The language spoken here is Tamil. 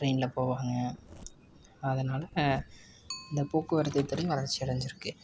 ட்ரெயினில் போவாங்க அதனாலே இந்த போக்குவரத்துத்துறை வளர்ச்சி அடைஞ்சிருக்கு